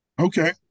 Okay